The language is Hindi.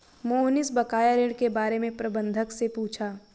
मोहनीश बकाया ऋण के बारे में प्रबंधक से पूछा